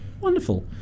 Wonderful